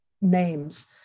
names